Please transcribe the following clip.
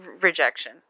rejection